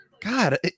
God